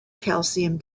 calcium